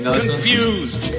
confused